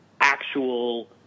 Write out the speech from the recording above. actual